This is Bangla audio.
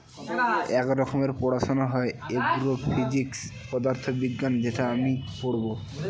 এক রকমের পড়াশোনা হয় এগ্রো ফিজিক্স পদার্থ বিজ্ঞান যেটা আমি পড়বো